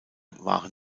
waren